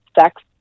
sex